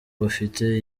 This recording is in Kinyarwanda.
bafite